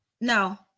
no